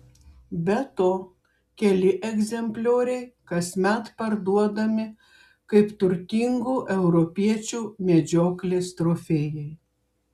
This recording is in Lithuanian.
be to keli egzemplioriai kasmet parduodami kaip turtingų europiečių medžioklės trofėjai